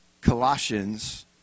Colossians